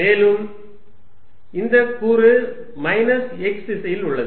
மேலும் இந்த கூறு மைனஸ் x திசையில் உள்ளது